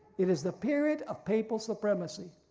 it is the period of papal supremacy.